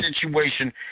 situation